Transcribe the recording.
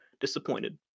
disappointed